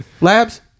labs